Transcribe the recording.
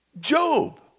Job